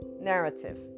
narrative